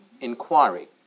inquiry